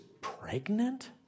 pregnant